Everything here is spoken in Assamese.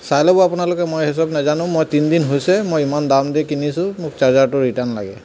চাই ল'ব আপোনালোকে মই সেই চব নেজানোঁ মই তিনি দিন হৈছে মই ইমান দাম দি কিনিছোঁ মোক চাৰ্জাৰটো ৰিটাৰ্ণ লাগে